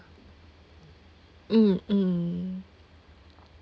mm mm